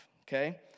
okay